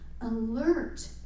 alert